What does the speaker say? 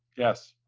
yes.